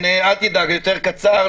אל תדאג, יותר קצר.